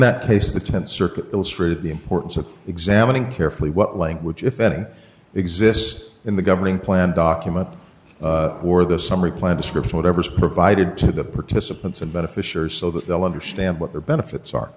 that case the th circuit illustrated the importance of examining carefully what language if any exists in the governing plan document or the summary plan description whatever's provided to the participants and beneficiaries so that they'll understand what their benefits are